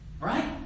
Right